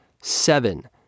Seven